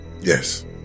Yes